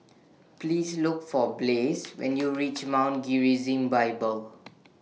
Please Look For Blaze when YOU REACH Mount Gerizim Bible